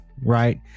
right